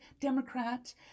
Democrat